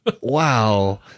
Wow